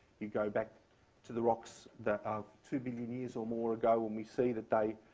you go back to the rocks that of two billion years or more ago when we see that they